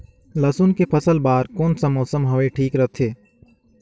लसुन के फसल बार कोन सा मौसम हवे ठीक रथे?